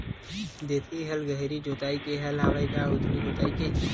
देशी हल गहरी जोताई के हल आवे के उथली जोताई के?